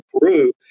Peru